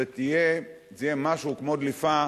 זה יהיה משהו כמו דליפה,